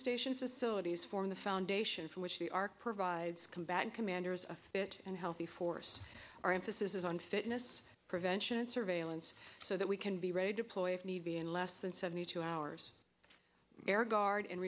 stations facilities form the foundation from which we are provides combatant commanders a fit and healthy force our emphasis is on fitness prevention surveillance so that we can be ready deploy if need be in less than seventy two hours air guard and